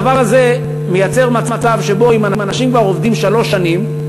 הדבר הזה מייצר מצב שבו אם אנשים כבר עובדים שלוש שנים,